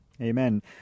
Amen